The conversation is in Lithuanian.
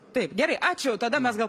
taip gerai ačiū tada mes gal